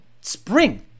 spring